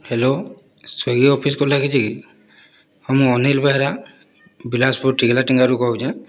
hello Swiggy ଅଫିସ୍କୁ ଲାଗିଛି କି ହଁ ମୁଁ ଅନିଲ ବେହେରା ବିଳାସପୁର ରୁ କହୁଛି